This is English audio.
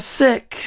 sick